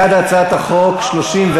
בעד הצעת החוק, 31,